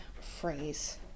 phrase